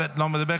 לא מדבר,